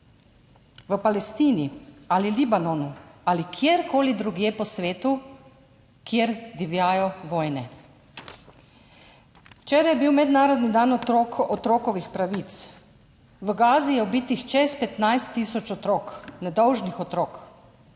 Palestini ali Libanonu ali kjerkoli drugje po svetu, kjer divjajo vojne. Včeraj je bil mednarodni dan otrok, otrokovih pravic. V Gazi je ubitih čez 15 tisoč otrok, nedolžnih otrok,